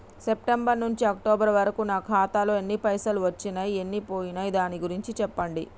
September నుంచి October వరకు నా ఖాతాలో ఎన్ని పైసలు వచ్చినయ్ ఎన్ని పోయినయ్ దాని గురించి చెప్పండి?